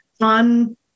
on